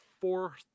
four